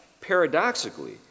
Paradoxically